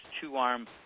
two-arm